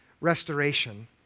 restoration